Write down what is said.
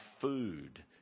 food